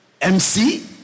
MC